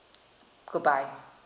goodbye